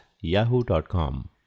yahoo.com